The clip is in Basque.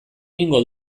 egingo